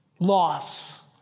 Loss